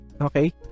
okay